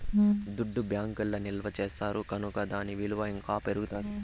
దుడ్డు బ్యాంకీల్ల నిల్వ చేస్తారు కనుకో దాని ఇలువ ఇంకా పెరుగుతాది